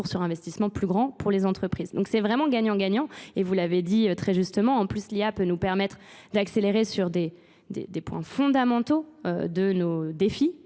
sur investissement plus grand pour les entreprises. Donc c'est vraiment gagnant-gagnant, et vous l'avez dit très justement, en plus l'IA peut nous permettre d'accélérer sur des des points fondamentaux de nos défis